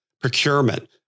procurement